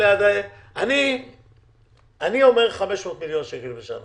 אני אומר שזה יהיה 500 מיליון שקל בשנה